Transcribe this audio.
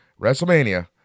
wrestlemania